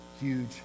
huge